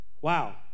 Wow